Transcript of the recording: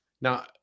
Now